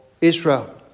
Israel